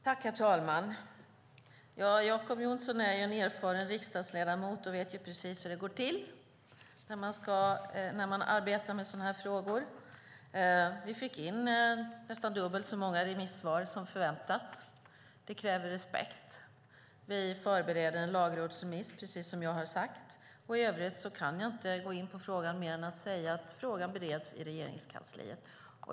Herr talman! Jacob Johnson är en erfaren riksdagsledamot och vet precis hur det går till när man arbetar med sådana här frågor. Vi fick in nästan dubbelt så många remissvar mot vad vi förväntade. Det kräver respekt. Vi förbereder, som jag sade, en lagrådsremiss. I övrigt kan jag inte gå in på det mer än att säga att frågan bereds i Regeringskansliet.